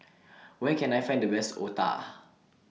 Where Can I Find The Best Otah